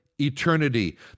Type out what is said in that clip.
eternity